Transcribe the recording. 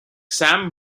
sam